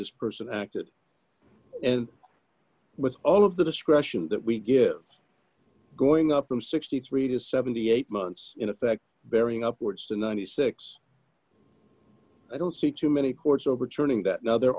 this person acted and with all of the discretion that we give going up from sixty three to seventy eight months in effect bearing upwards to ninety six i don't see too many courts overturning that now there